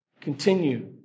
continue